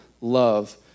love